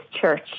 church